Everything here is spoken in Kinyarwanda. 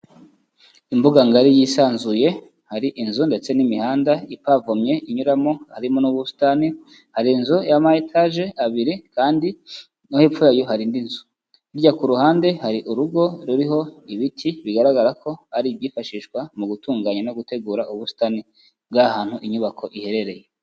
Imbuga ngari yisanzuye hari inzu ndetse n'imihanda ipavomye inyuramo harimo n'ubusitani, hari inzu y'ama etage abiri kandi no hepfo yayo hari indi nzu, hirya ku ruhande hari urugo ruriho ibiti bigaragara ko ari ibyifashishwa mu gutunganya no gutegura ubusitani bw'ahantu inyubako iherereye.